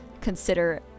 consider